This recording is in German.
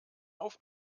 auf